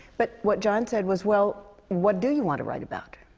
but what jon said was, well, what do you want to write about?